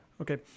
Okay